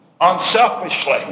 Unselfishly